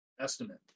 Estimate